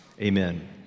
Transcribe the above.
amen